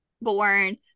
born